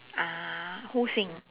ah who sing